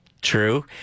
True